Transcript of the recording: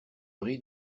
riz